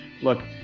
Look –